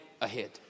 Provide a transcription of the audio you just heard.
ahead